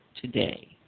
today